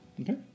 Okay